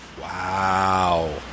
Wow